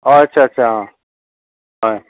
অ' আচ্ছা আচ্ছা হয়